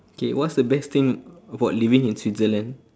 K what's the best thing about living in switzerland